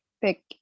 pick